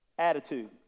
Attitude